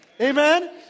Amen